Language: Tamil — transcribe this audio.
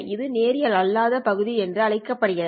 இது நேரியல் அல்லாத பகுதிஎன்று அழைக்கப்படுகிறது